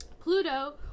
Pluto